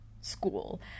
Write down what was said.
school